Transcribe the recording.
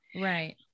Right